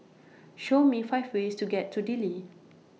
Show Me five ways to get to Dili